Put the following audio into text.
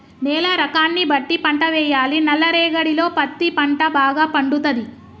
నేల రకాన్ని బట్టి పంట వేయాలి నల్ల రేగడిలో పత్తి పంట భాగ పండుతది